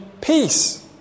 peace